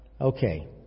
Okay